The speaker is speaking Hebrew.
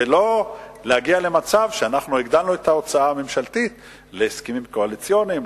ולא להגיע למצב שהגדלנו את ההוצאה הממשלתית להסכמים קואליציוניים,